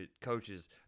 coaches